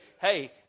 hey